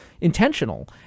intentional